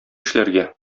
эшләргә